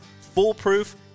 foolproof